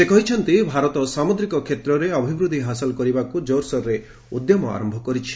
ସେ କହିଛନ୍ତି ଭାରତ ସାମୁଦ୍ରିକ କ୍ଷେତ୍ରରେ ଅଭିବୃଦ୍ଧି ହାସଲ କରିବାକୁ ଜୋର୍ସୋରରେ ଉଦ୍ୟମ ଆରମ୍ଭ କରିଛି